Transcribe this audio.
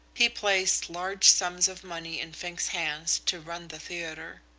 he placed large sums of money in fink's hands to run the theatre.